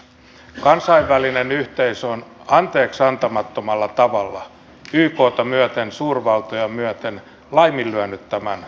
kansainvälinen yhteisö on anteeksiantamattomalla tavalla ykta myöten suurvaltoja myöten laiminlyönyt tämän työn